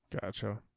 Gotcha